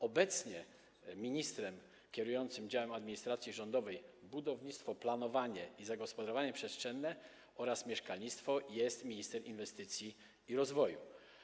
Obecnie ministrem kierującym działem administracji rządowej budownictwo, planowanie i zagospodarowanie przestrzenne oraz mieszkalnictwo jest minister inwestycji i rozwoju.